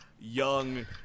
young